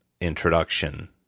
introduction